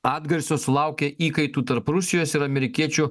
atgarsio sulaukė įkaitų tarp rusijos ir amerikiečių